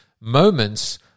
Moments